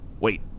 wait